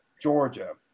Georgia